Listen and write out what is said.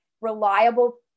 reliable